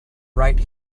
right